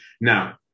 Now